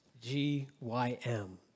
G-Y-M